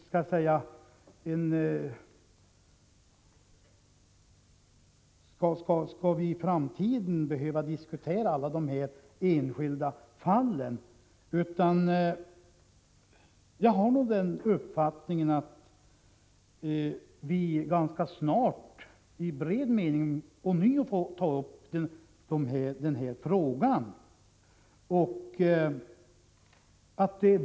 Skall vi i framtiden behöva diskutera alla enskilda fall? Vi måste nog ganska snart ånyo ta upp den här frågan i bred mening.